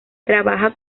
trabaja